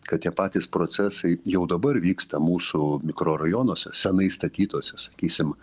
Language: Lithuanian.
kad tie patys procesai jau dabar vyksta mūsų mikrorajonuose senai statytuose sakysim